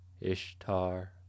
Ishtar